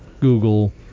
Google